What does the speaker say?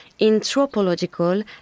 anthropological